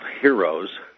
heroes